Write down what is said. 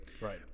Right